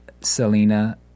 Selena